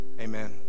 Amen